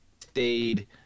stayed